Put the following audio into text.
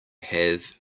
have